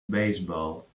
baseball